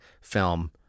film